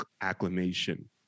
acclamation